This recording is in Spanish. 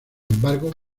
embargo